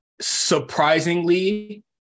Surprisingly